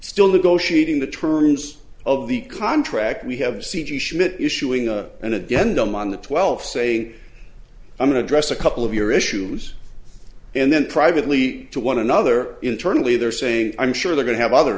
still negotiating the terms of the contract we have c g schmidt issuing a and again them on the twelfth saying i'm going to address a couple of your issues and then privately to one another internally they're saying i'm sure they're going to have other